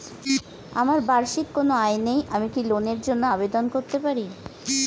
আমার বার্ষিক কোন আয় নেই আমি কি লোনের জন্য আবেদন করতে পারি?